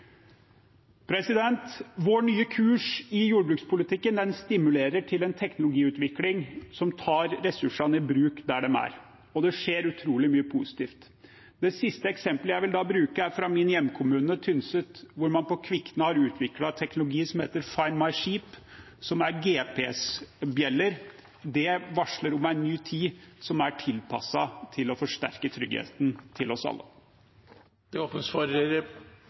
Vår nye kurs i jordbrukspolitikken stimulerer til en teknologiutvikling som tar ressursene i bruk der de er, og det skjer utrolig mye positivt. Det siste eksemplet jeg vil bruke, er fra min hjemkommune, Tynset, hvor man på Kvikne har utviklet en teknologi som heter Findmysheep, som er GPS-bjeller. Det varsler om en ny tid som er tilpasset til å forsterke tryggheten for oss alle. Skal representanten ta opp Arbeiderpartiets forslag i saken? Det